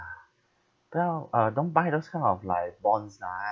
bu yao uh don't buy those kind of like bonds lah